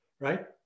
Right